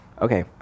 Okay